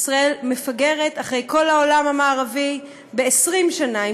ישראל מפגרת אחרי כל העולם המערבי ב-20 שנה,